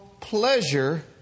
pleasure